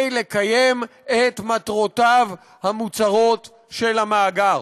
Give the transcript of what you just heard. לקיים את מטרותיו המוצהרות של המאגר,